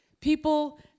People